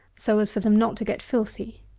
so as for them not to get filthy.